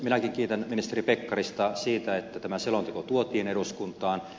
minäkin kiitän ministeri pekkarista että tämä selonteko tuotiin eduskuntaan